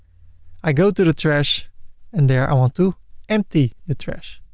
i go to the trash and there i want to empty the trash.